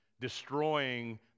destroying